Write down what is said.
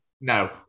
No